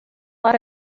lot